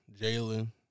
Jalen